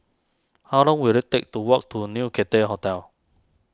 how long will it take to walk to New Cathay Hotel